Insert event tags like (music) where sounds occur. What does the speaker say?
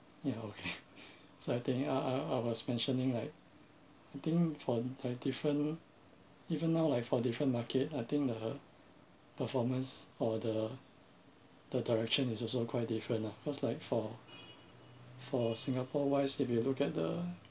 ya okay (laughs) so I think I I I was mentioning like I think for like different even now like for different market I think the performance or the the direction is also quite different lah cause like for for singapore wise if you look at the